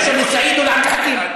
לאשר לסעיד או לעבד אל חכים.